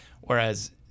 Whereas